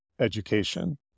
education